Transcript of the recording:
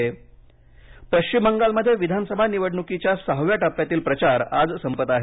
प बं प्रचार पश्चिम बंगालमध्ये विधानसभा निवडणुकीच्या सहाव्या टप्प्यातील प्रचार आज संपत आहे